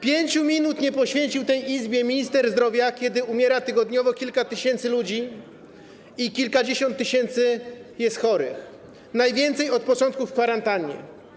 5 minut nie poświęcił tej Izbie minister zdrowia, kiedy umiera tygodniowo kilka tysięcy ludzi, kilkadziesiąt tysięcy jest chorych, najwięcej od początku jest w kwarantannie.